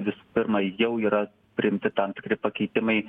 visų pirma jau yra priimti tam tikri pakeitimai